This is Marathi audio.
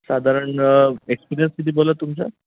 साधारण एक्सपिरियन्स किती बोलला तुमचा